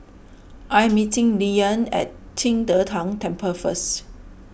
I'm meeting Lilyan at Qing De Tang Temple first